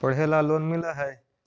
पढ़े ला लोन मिल है?